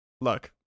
look